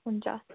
हुन्छ